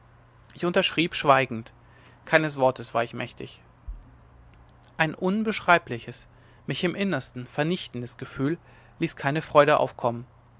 ich unterschrieb schweigend keines wortes war ich mächtig ein unbeschreibliches mich im innersten vernichtendes gefühl ließ keine freude aufkommen